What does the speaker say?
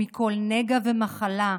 ומכל נגע ומחלה,